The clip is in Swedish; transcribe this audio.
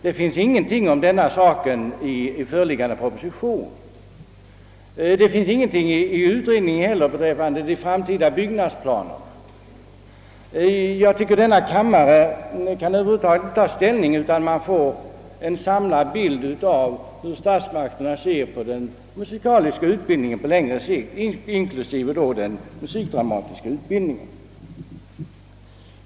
Därom finns ingenting skrivet i föreliggande proposition, och inte heller i utredningens betänkande står det något om de framtida byggnadsplanerna. Jag tycker att kammaren över huvud taget inte kan ta ställning innan vi får en samlad bild av hur statsmakterna ser på den musikaliska utbildningen på längre sikt, inklusive då den musikdramatiska utbildningen.